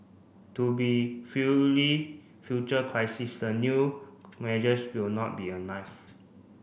to be future crisis the new measures will not be enough